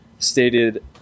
stated